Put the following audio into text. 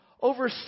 over